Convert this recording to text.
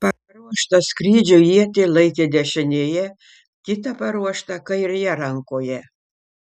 paruoštą skrydžiui ietį laikė dešinėje kitą paruoštą kairėje rankoje